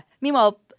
Meanwhile